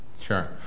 sure